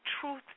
truth